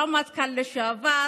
ורמטכ"ל לשעבר